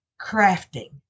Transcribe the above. crafting